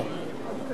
מה זה קשור לדרך ארץ?